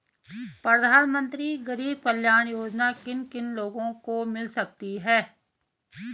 प्रधानमंत्री गरीब कल्याण योजना किन किन लोगों को मिल सकती है?